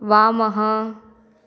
वामः